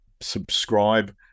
subscribe